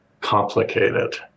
complicated